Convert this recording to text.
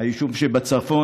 היישובים שבצפון,